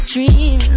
Dream